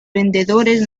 vendedores